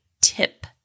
tip